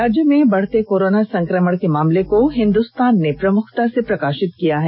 राज्य में बढ़ते कोरोना संक्रमण के मामले को प्रमुखता से प्रकाशित किया है